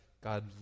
God